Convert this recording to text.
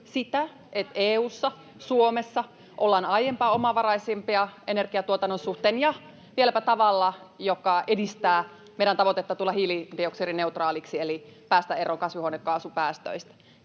sitä, että EU:ssa ja Suomessa ollaan aiempaa omavaraisempia energiantuotannon suhteen ja vieläpä tavalla, joka edistää meidän tavoitetta tulla hiilidioksidineutraaliksi eli päästä eroon kasvihuonekaasupäästöistä.